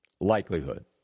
likelihood